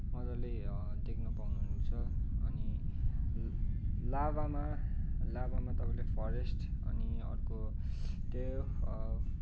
मजाले देख्न पाउनुहुन्छ अनि लाभामा लाभामा तपाईँले फरेस्ट अनि अर्को त्यो